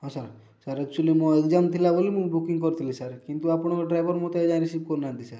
ହଁ sir sir actually ମୋ exam ଥିଲା ବୋଲି ମୁଁ ବୁକିଙ୍ଗ୍ କରିଥିଲି ସାର୍ କିନ୍ତୁ ଆପଣଙ୍କ ଡ୍ରାଇଭର୍ ମୋତେ ଏଯାଏଁ ରିସିଭ୍ କରିନାହାନ୍ତି ସାର୍